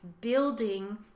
building